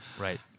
Right